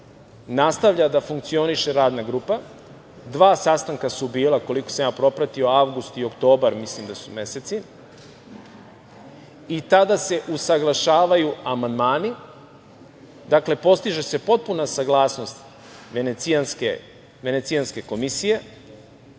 nastavlja da funkcioniše radna grupa. Dva sastanka su bila, koliko sam ja propratio, avgust i oktobar mislim da su meseci. Tada se usaglašavaju amandmani. Dakle, postiže se potpuna saglasnost Venecijanske komisije.